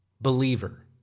Believer